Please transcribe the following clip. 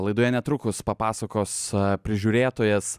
laidoje netrukus papasakos prižiūrėtojas